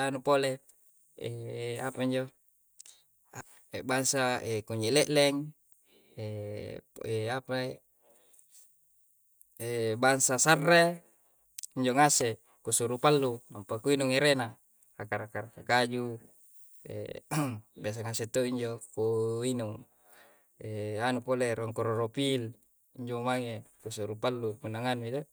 anu pole apa injo, bassa konje le'leng apa bassa sa'rre. Injo ngase ku suru pallu, ampaka kuinu nurena, akara kaju besse angaseng ton ji' pooinu anu rong kororofil injo mange ku suru pallu puna nganne do.